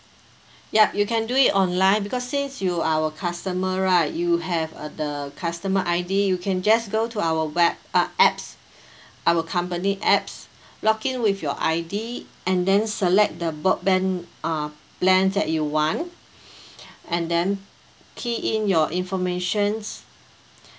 yup you can do it online because since you our customer right you have uh the customer I_D you can just go to our web uh apps our company apps log in with your I_D and then select the broadband uh plan that you want and then key in your informations